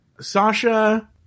Sasha